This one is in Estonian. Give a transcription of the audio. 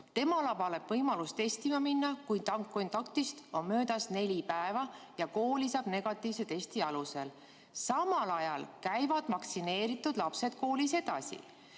Temal avaneb võimalus testima minna, kui kontaktist on möödas neli päeva, ja kooli saab ta negatiivse testi alusel. Samal ajal käivad vaktsineeritud lapsed koolis edasi.